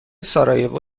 ساراجوو